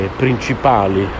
principali